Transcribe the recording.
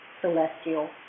Celestial